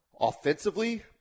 Offensively